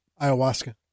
Ayahuasca